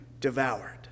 devoured